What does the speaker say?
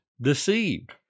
deceived